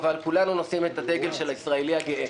אבל כולנו נושאים את הדגל של הישראלי הגאה.